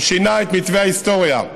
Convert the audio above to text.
שינה את מתווה ההיסטוריה.